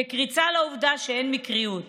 כקריצה לעובדה שאין מקריות.